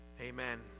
Amen